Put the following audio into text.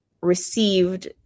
received